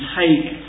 take